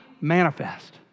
manifest